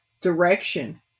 direction